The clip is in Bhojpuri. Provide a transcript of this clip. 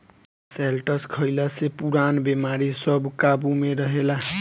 शैलटस खइला से पुरान बेमारी सब काबु में रहेला